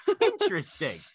Interesting